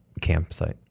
campsite